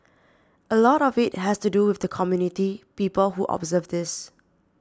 a lot of it has to do with the community people who observe this